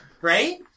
Right